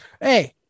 Hey